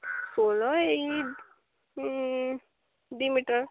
ସୋଲ ଏଇ ଦୁଇ ମିଟର